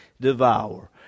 devour